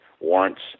warrants